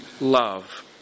love